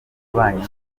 bubanyi